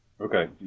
Okay